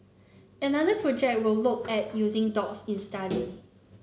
another project will look at using dogs in study